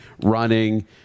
running